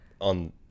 on